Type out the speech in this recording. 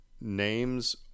names